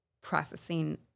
processing